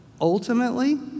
Ultimately